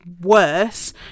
worse